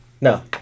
No